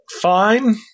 fine